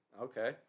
okay